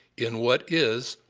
in what is,